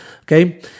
Okay